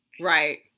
Right